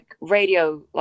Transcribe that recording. radio